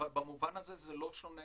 אבל במובן הזה זה לא שונה,